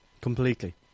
completely